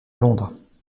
londres